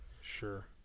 Sure